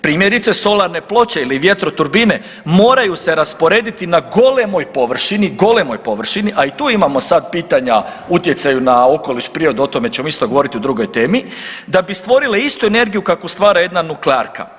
Primjerice, solarne ploče ili vjetroturbine moraju se rasporediti na golemoj površini, golemoj površini, a i tu imamo sad pitanja utjecaju na okoliš i prirodu, o tome ćemo isto govoriti u drugoj temi, da bi stvorile istu energiju kakvu stvara jedna nuklearka.